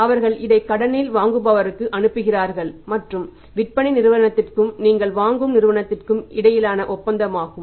அவர்கள் அதை கடனில் வாங்குபவருக்கு அனுப்புகிறார்கள் மற்றும் விற்பனை நிறுவனத்திற்கும் நீங்கள் வாங்கும் நிறுவனத்திற்கும் இடையிலான ஒப்பந்தமாகும்